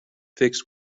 fixed